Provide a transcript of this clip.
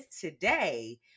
today